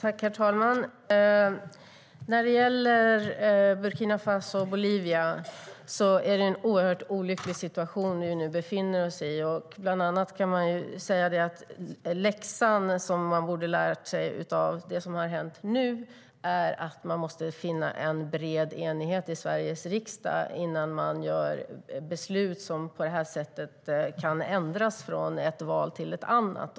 Herr talman! När det gäller Burkina Faso och Bolivia befinner vi oss nu i en oerhört olycklig situation. Bland annat kan man säga att läxan som man borde ha lärt sig av det som har hänt nu är att man måste finna en bred enighet i Sveriges riksdag innan man tar beslut som på detta sätt kan ändras från ett val till ett annat.